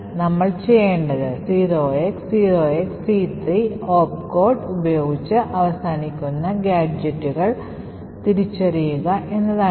നമ്മൾ ചെയ്യേണ്ടത് 0x0XC3 OPCODE ഉപയോഗിച്ച് അവസാനിക്കുന്ന ഗാഡ്ജെറ്റുകൾ തിരിച്ചറിയുക എന്നതാണ്